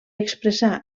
expressar